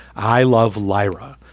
i love lyra.